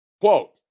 Quote